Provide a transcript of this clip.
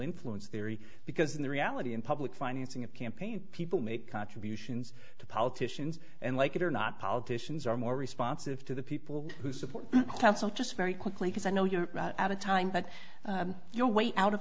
influence there because in the reality in public financing of campaigns people make contributions to politicians and like it or not politicians are more responsive to the people who support that's not just very quickly because i know you're out of time but your way out of